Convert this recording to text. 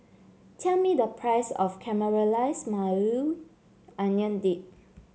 tell me the price of Caramelized Maui Onion Dip